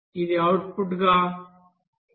ఇది అవుట్పుట్గా 0